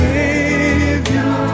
Savior